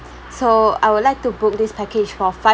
so I would like to book this package for five